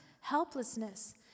helplessness